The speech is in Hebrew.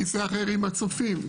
כיסא אחר עם מצופים,